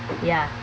ya